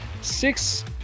Six